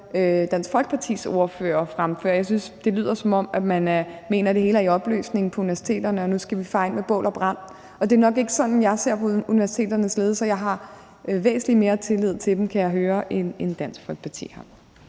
Dansk Folkepartis ordfører fremføre. Jeg synes, det lyder, som om man mener, det hele er i opløsning på universiteterne, og at vi nu skal fare ind med bål og brand. Og det er nok ikke sådan, jeg ser på universiteternes ledelser. Jeg har væsentlig mere tillid til dem, kan jeg høre, end Dansk Folkeparti har.